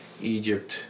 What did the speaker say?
Egypt